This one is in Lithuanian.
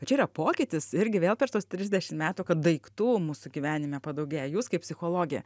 čia yra pokytis irgi vėl per tuos trisdešimt metų kad daiktų mūsų gyvenime padaugėja jūs kaip psichologė